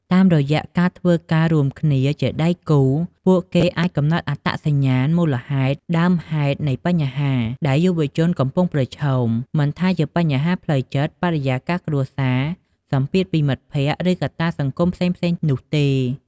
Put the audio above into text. តាមរយៈការធ្វើការរួមគ្នាជាដៃគូ ពួកគេអាច កំណត់អត្តសញ្ញាណមូលហេតុដើមនៃបញ្ហា ដែលយុវជនកំពុងប្រឈម មិនថាជាបញ្ហាផ្លូវចិត្ត បរិយាកាសគ្រួសារ សម្ពាធពីមិត្តភក្តិ ឬកត្តាសង្គមផ្សេងៗនោះទេ។